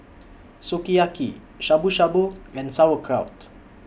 Sukiyaki Shabu Shabu and Sauerkraut